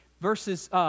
verses